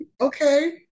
okay